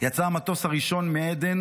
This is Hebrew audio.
יצא המטוס הראשון מעדן